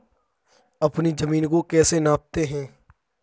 अपनी जमीन को कैसे नापते हैं?